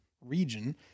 region